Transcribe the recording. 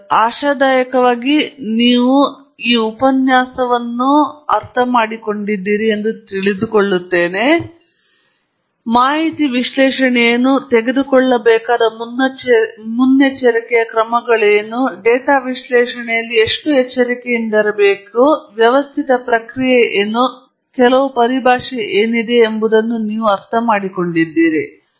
ಆದುದರಿಂದ ಆಶಾದಾಯಕವಾಗಿ ನೀವು ಉಪನ್ಯಾಸವನ್ನು ಅನುಭವಿಸುತ್ತಿದ್ದೀರಿ ಮತ್ತು ನೀವು ಎಲ್ಲಾ ಬಗ್ಗೆ ಮಾಹಿತಿ ವಿಶ್ಲೇಷಣೆ ಏನು ನೀವು ತೆಗೆದುಕೊಳ್ಳಬೇಕಾದ ಮುನ್ನೆಚ್ಚರಿಕೆಯ ಕ್ರಮಗಳು ಮತ್ತು ನೀವು ಡೇಟಾ ವಿಶ್ಲೇಷಣೆಯಲ್ಲಿ ಎಷ್ಟು ಎಚ್ಚರಿಕೆಯಿಂದಿರಬೇಕು ವ್ಯವಸ್ಥಿತ ಪ್ರಕ್ರಿಯೆ ಏನು ಮತ್ತು ಕೆಲವು ಪರಿಭಾಷೆ ಎಂಬುದನ್ನು ನೀವು ಅರ್ಥಮಾಡಿಕೊಂಡಿದ್ದೀರಿ